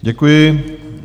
Děkuji.